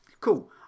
Cool